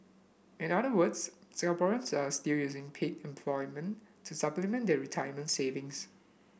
in other words Singaporeans are still using paid employment to supplement their retirement savings